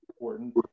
important